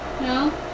No